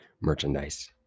merchandise